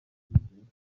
gikurikiraho